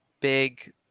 big